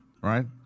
right